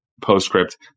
PostScript